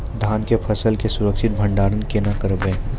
धान के फसल के सुरक्षित भंडारण केना करबै?